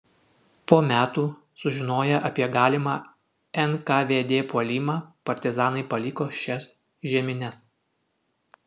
po metų sužinoję apie galimą nkvd puolimą partizanai paliko šias žiemines